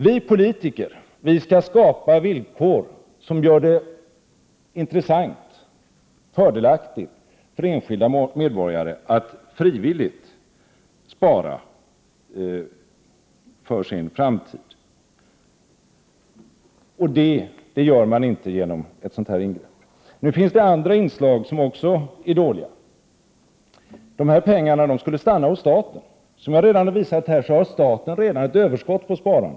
Vi politiker skall skapa villkor som gör det intressant och fördelaktigt för enskilda medborgare att frivilligt spara för sin framtid. Det gör man inte genom ett sådant här ingrepp. Det finns andra inslag som också är dåliga. Dessa pengar skulle stanna hos staten. Som jag påpekat har staten redan ett överskott på sparande.